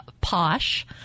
posh